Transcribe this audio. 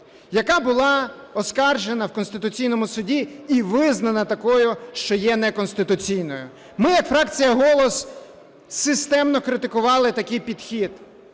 яка була оскаржена в Конституційному Суді і визнана такою, що є неконституційною. Ми як фракція "Голос" системно критикували такий підхід.